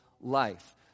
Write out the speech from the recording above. life